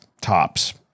tops